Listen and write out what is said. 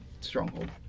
stronghold